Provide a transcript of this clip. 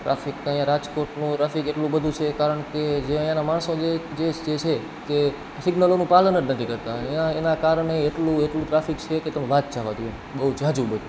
traffic તો અહિયાં રાજકોટનું ટ્રાફિક એટલું બધું છે કારણ કે જે અહીંના માણસો છે જે સિગ્નલોનું પાલન જ નથી કરતાં એના કારણે એટલું એટલું ટ્રાફિક છે કે તમે વાત જવા દો બઉ ઝાઝું